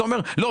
אתה אומר: "לא,